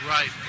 Right